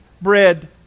bread